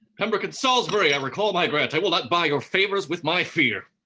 pembroke and salisbury, i recall my grant i will not buy your favors with my fear.